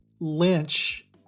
Lynch